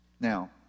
Now